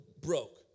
broke